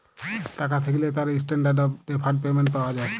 টাকা থ্যাকলে তার ইসট্যানডারড অফ ডেফারড পেমেন্ট পাওয়া যায়